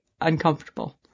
uncomfortable